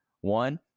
One